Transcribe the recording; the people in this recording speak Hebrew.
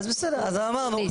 אז אמרנו.